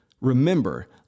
remember